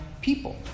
people